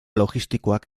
logistikoak